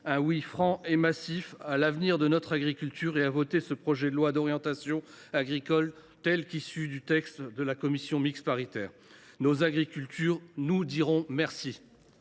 un oui franc et massif à l’avenir de notre agriculture et à voter ce projet de loi d’orientation agricole dans la rédaction issue des travaux de la commission mixte paritaire. Nos agriculteurs vous diront merci